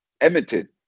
Edmonton